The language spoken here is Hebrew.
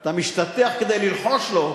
אתה משתטח כדי ללחוש לו.